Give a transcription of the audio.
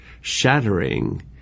shattering